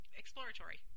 exploratory